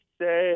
say